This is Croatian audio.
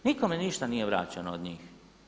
Nikome ništa nije vraćeno od njih.